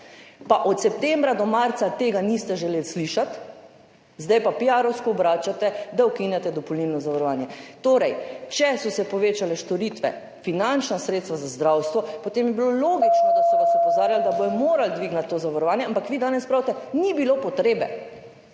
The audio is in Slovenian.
pa od septembra do marca tega niste želeli slišati. Zdaj pa piarovsko obračate, da ukinjate dopolnilno zavarovanje. Torej če so se povečale storitve, finančna sredstva za zdravstvo, potem je bilo logično, da so vas opozarjali, da bodo morali dvigniti to zavarovanje. Ampak vi danes pravite, ni bilo potrebe.